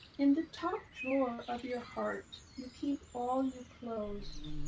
in the top drawer of your heart, you keep all you closed.